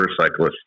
motorcyclists